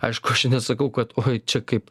aišku aš nesakau kad oi čia kaip